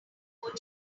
ought